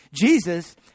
Jesus